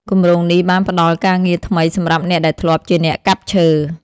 គម្រោងនេះបានផ្តល់ការងារថ្មីសម្រាប់អ្នកដែលធ្លាប់ជាអ្នកកាប់ឈើ។